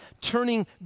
turning